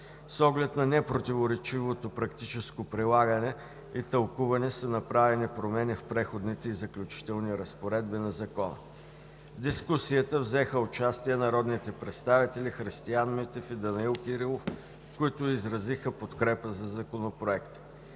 С оглед на непротиворечивото практическо прилагане и тълкуване са направени промени в Преходните и заключителните разпоредби на Закона. В дискусията взеха участие народните представители Христиан Митев и Данаил Кирилов, които изразиха подкрепата си за Законопроекта.